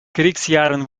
kriegsjahren